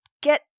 get